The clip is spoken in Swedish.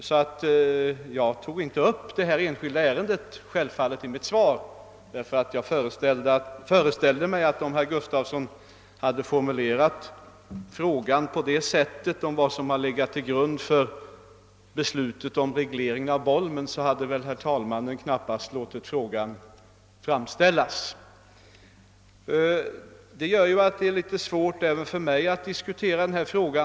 Jag tog inte i mitt svar upp det enskilda ärende som nämnts, eftersom jag föreställde mig att talmannen knappast skulle ha tillåtit att frågan fått framställas, om herr Gustavsson i Alvesta hade formulerat den så, att den hade avsett vad som legat till grund för beslutet om regleringen av sjön Bolmen. Detta förhållande gör att det även för mig är svårt att diskutera denna fråga.